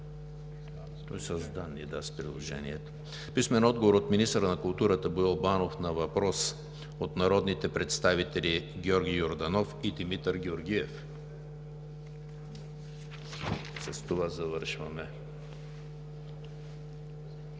Генов; - министъра на културата Боил Банов на въпрос от народните представители Георги Йорданов и Димитър Георгиев. Преминаваме